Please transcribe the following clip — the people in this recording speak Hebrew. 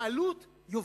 בעלות יובל.